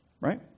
Right